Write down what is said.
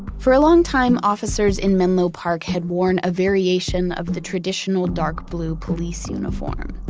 for a long time, officers in menlo park had worn a variation of the traditional dark blue police uniform.